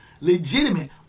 legitimate